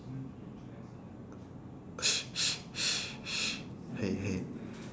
!hey! !hey!